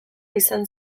izan